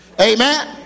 Amen